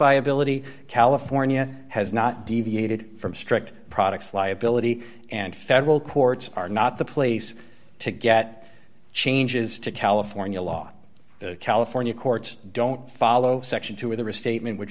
liability california has not deviated from strict products liability and federal courts are not the place to get changes to california law the california courts don't follow section two of the restatement which